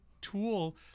tool